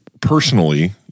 personally